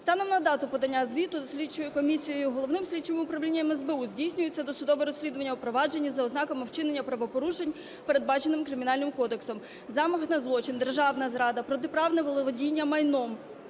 Станом на дату подання звіту слідчою комісією і головним слідчим управлінням СБУ здійснюється досудове розслідування, провадження за ознаками вчинення правопорушень, передбаченими Кримінальним кодексом: замах на злочин, державна зрада, протиправне володіння майном,